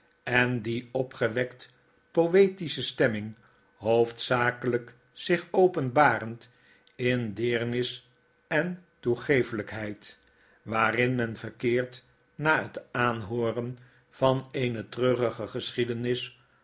en die opgewektepoetische stemming hoofdzakelijk zich openbarend in deernis en toegeeflijkheid waarin men verkeert nahet aanhooren van eene treurige geschiedenis